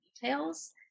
details